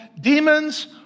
demons